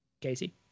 Casey